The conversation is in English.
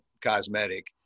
cosmetic